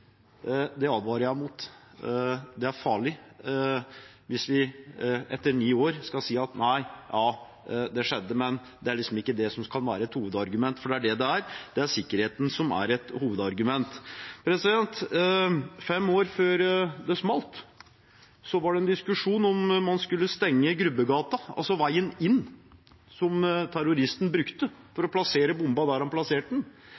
Det advarer jeg mot. Det er farlig hvis vi etter ni år skal si: Ja, det skjedde, men det kan ikke være et hovedargument. Men det er det det er. Det er sikkerheten som er hovedargumentet. Fem år før det smalt, var det en diskusjon om man skulle stenge Grubbegata, altså veien inn som terroristen brukte for å plassere bomben der han plasserte den.